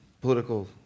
political